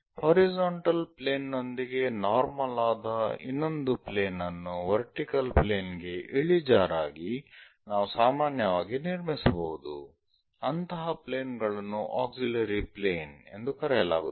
horizontal plane ನೊಂದಿಗೆ normal ಆದ ಇನ್ನೊಂದು ಪ್ಲೇನ್ ಅನ್ನು ವರ್ಟಿಕಲ್ ಪ್ಲೇನ್ ಗೆ ಇಳಿಜಾರಾಗಿ ನಾವು ಸಾಮಾನ್ಯವಾಗಿ ನಿರ್ಮಿಸಬಹುದು ಅಂತಹ ಪ್ಲೇನ್ ಗಳನ್ನು ಆಕ್ಸಿಲರಿ ಪ್ಲೇನ್ ಎಂದು ಕರೆಯಲಾಗುತ್ತದೆ